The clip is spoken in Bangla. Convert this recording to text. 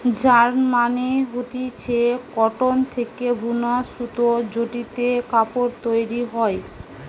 যার্ন মানে হতিছে কটন থেকে বুনা সুতো জেটিতে কাপড় তৈরী হয়